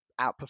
outperform